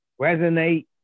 resonate